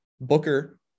Booker